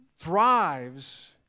thrives